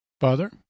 father